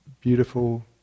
beautiful